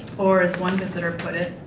or, as one visitor put it,